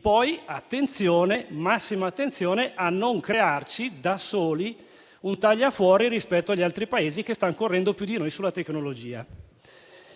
poi prestare massima attenzione a non crearci da soli un tagliafuori rispetto agli altri Paesi che stanno correndo più di noi sulla tecnologia.